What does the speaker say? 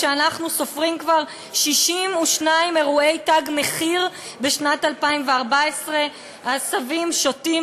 כשאנחנו סופרים כבר 62 אירועי "תג מחיר" בשנת 2014. עשבים שוטים,